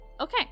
okay